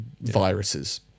viruses